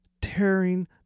tearing